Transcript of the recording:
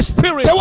Spirit